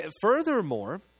Furthermore